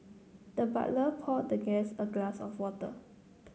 the butler poured the guest a glass of water